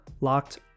Locked